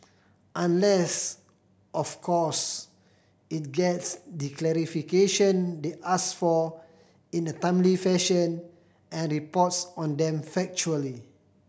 unless of course it gets the clarification they ask for in a timely fashion and reports on them factually